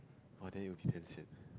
!wah! then you will be damn sian